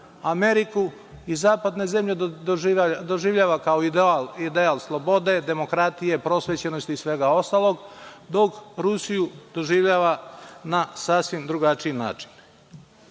Ameriku i zapadne zemlje doživljava kao ideal slobode, demokratije, prosvećenosti i svega ostalog, dok Rusiju doživljava na sasvim drugačiji